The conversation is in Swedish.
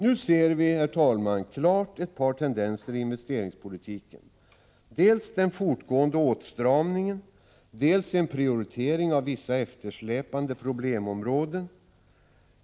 Nu ser vi, herr talman, klart ett par tendenser i investeringspolitiken: dels den fortgående åtstramningen, dels en prioritering av vissa eftersläpande problemområden.